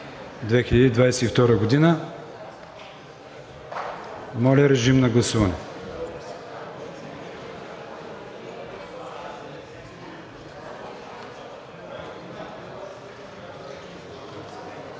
Моля, режим на гласуване